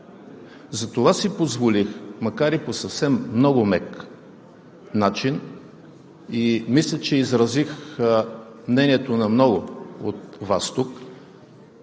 Затова си позволих, макар и по съвсем много мек начин, и мисля, че изразих мнението на много от Вас тук,